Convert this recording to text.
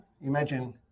imagine